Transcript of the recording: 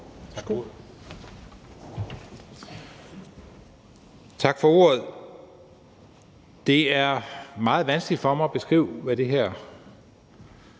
Tak for ordet. Det er meget vanskeligt for mig at beskrive, hvad det her